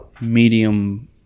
medium